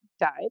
died